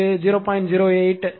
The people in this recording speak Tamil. இங்கு 0